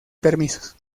permisos